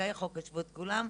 זכאי חוק השבות כולם,